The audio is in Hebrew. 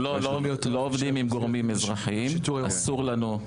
אנחנו לא עובדים עם גורמים אזרחים, אסור לנו.